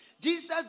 jesus